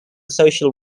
social